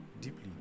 Deeply